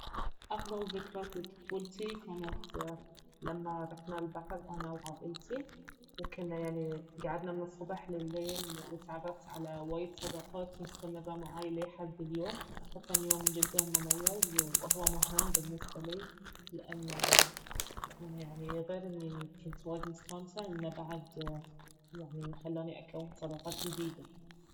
افضل ذكرى في طفولتي كانت لما رحنا البحر انا وعائلتي وكنا يعني قعدنا من الصبح لليل وتعرفت على وايد صداقات مستمرة معاي لحد اليوم فكان يوم جدا مميز واهو مهم بالنسبة لي لانه لانه يعني غير اني كنت وايد مستانسة انه بعد يعني خلاني أكون صداقات جديدة